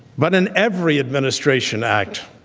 but an every administration act.